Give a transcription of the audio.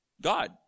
God